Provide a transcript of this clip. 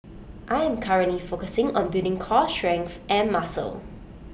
I am currently focusing on building core strength and muscle